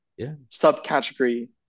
subcategory